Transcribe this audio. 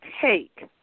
take